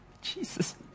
Jesus